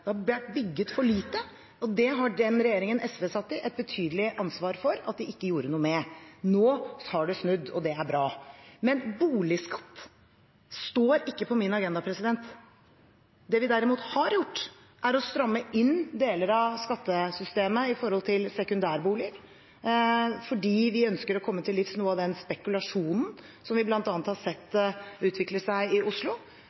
et betydelig ansvar for at de ikke gjorde noe med. Nå har det snudd, og det er bra. Men boligskatt står ikke på min agenda. Det vi derimot har gjort, er å stramme inn deler av skattesystemet når det gjelder sekundærbolig, fordi vi ønsker å komme til livs noe av den spekulasjonen som vi bl.a. har sett utvikle seg i Oslo.